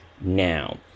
now